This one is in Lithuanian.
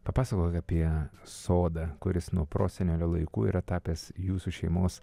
papasakok apie sodą kuris nuo prosenelio laikų yra tapęs jūsų šeimos